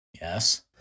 Yes